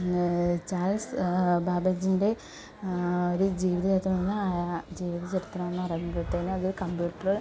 പിന്നെ ചാൾസ് ബാബേജിൻ്റെ ഒരു ജീവിത ചരിത്രങ്ങൾ ജീവിത ചരിത്രമെന്ന് പറയുമ്പോഴത്തേനും അത് കമ്പ്യൂട്ടറ്